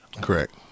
Correct